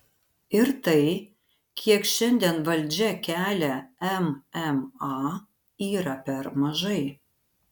ir tai kiek šiandien valdžia kelia mma yra per mažai